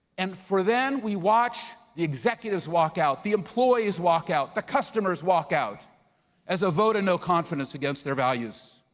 and for then we watch the executives walk out, the employees walk out, the customers walk out as a vote of no confidence against their values.